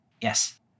Yes